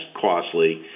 costly